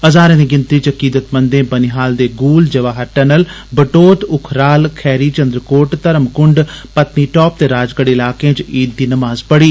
हाजरे दी गिनतरी च अकीदतमंदें बनीहाल ते गूल जवाहर टनल बटोत उखराल खैरी चन्द्रकोट धर्म कुंड पत्नी टॉप ते राजगढ़ इलाकें च ईद दी नमाज पढ़ी